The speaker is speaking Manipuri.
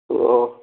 ꯑꯣ